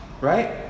Right